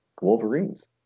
Wolverines